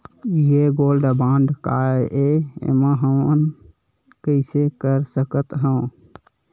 ये gold bond काय ए एमा हमन कइसे कर सकत हव?